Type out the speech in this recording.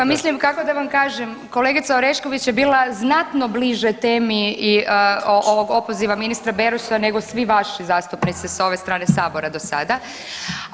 Pa mislim kako da vam kažem, kolegica Orešković je bila znatno bliže temi i ovog opoziva ministra Beroša nego svi vaši zastupnici s ove strane sabora dosada.